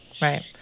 Right